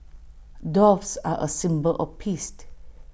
doves are A symbol of peace